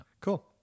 cool